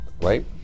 right